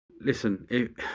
Listen